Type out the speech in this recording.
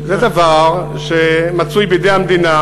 זה דבר שמצוי בידי המדינה.